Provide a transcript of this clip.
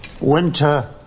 Winter